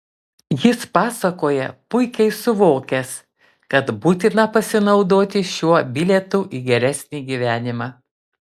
jis pasakoja puikiai suvokęs kad būtina pasinaudoti šiuo bilietu į geresnį gyvenimą